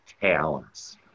talents